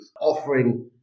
offering